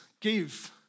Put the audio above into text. give